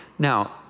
Now